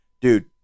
dude